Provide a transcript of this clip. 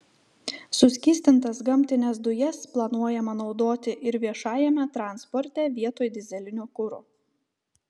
suskystintas gamtines dujas planuojama naudoti ir viešajame transporte vietoj dyzelinio kuro